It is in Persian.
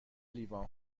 لیوان